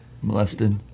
Molested